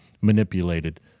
manipulated